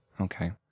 Okay